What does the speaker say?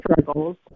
struggles